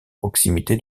proximité